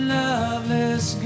loveless